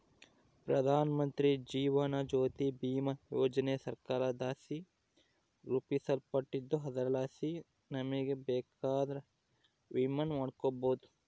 ಪ್ರಧಾನಮಂತ್ರಿ ಜೀವನ ಜ್ಯೋತಿ ಭೀಮಾ ಯೋಜನೆ ಸರ್ಕಾರದಲಾಸಿ ರೂಪಿಸಲ್ಪಟ್ಟಿದ್ದು ಅದರಲಾಸಿ ನಮಿಗೆ ಬೇಕಂದ್ರ ವಿಮೆನ ಮಾಡಬೋದು